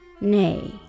Nay